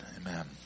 amen